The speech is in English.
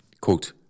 Quote